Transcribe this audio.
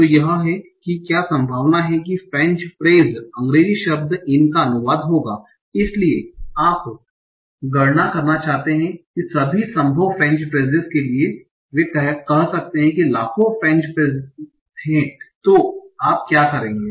तो यह है कि क्या संभावना है कि फ़्रेंच फ़्रेज अंग्रेजी शब्द इन का अनुवाद होगा इसलिए आप गणना करना चाहते हैं कि सभी संभव फ़्रेंच फ़्रेजेस के लिए वे कह सकते हैं लाखों फ़्रेंच फ़्रेज तो आप क्या करेंगे